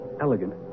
elegant